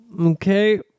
Okay